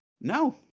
No